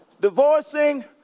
divorcing